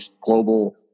global